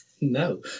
No